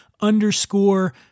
underscore